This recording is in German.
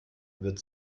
wird